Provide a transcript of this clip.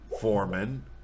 Foreman